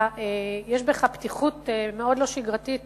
שיש בך פתיחות מאוד לא שגרתית